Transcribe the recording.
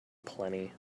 plenty